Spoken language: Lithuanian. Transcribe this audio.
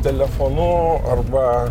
telefonu arba